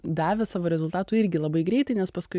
davė savo rezultatų irgi labai greitai nes paskui